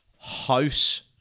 house